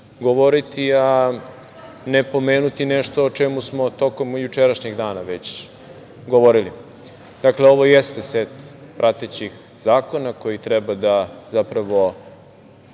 govoriti, a ne pomenuti nešto o čemu smo tokom jučerašnjeg dana već govorili. Dakle, ovo jeste set pratećih zakona koji treba da zapravo